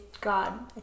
God